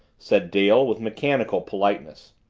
said dale with mechanical politeness.